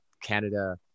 Canada